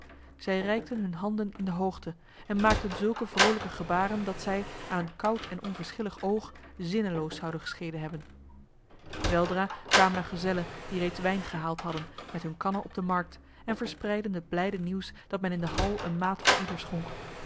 zij reikten hun handen in de hoogte en maakten zulke vrolijke gebaren dat zij aan een koud en onverschillig oog zinneloos zouden geschenen hebben weldra kwamen er gezellen die reeds wijn gehaald hadden met hun kannen op de markt en verspreidden het blijde nieuws dat men in de hal een maat voor ieder schonk